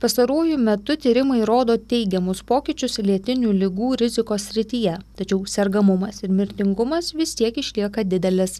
pastaruoju metu tyrimai rodo teigiamus pokyčius lėtinių ligų rizikos srityje tačiau sergamumas ir mirtingumas vis tiek išlieka didelis